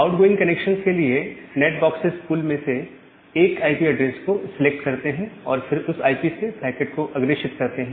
outgoing connections के लिए NAT boxes pool में से एक आईपी एड्रेस को सिलेक्ट करते हैं और फिर उस आईपी से पैकेट को अग्रेषित करते हैं